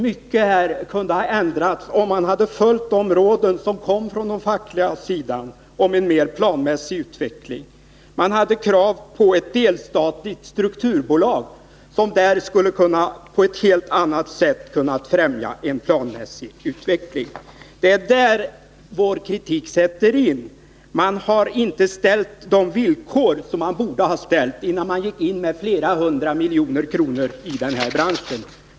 Mycket kunde ha ändrats, om man hade följt råden från fackets sida om en mer planmässig utveckling. Det föreligger krav på ett delstatligt strukturbolag, som på ett helt annat sätt skulle ha kunnat främja en planmässig utveckling. Det är här som vår kritik sätts in. Regeringen har inte ställt de villkor som man borde ha ställt, innan man gick in med flera hundra miljoner kronor i den här branschen.